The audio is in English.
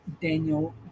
Daniel